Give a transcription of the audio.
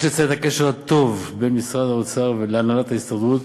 יש לציין את הקשר הטוב בין משרד האוצר להנהלת ההסתדרות,